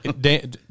dan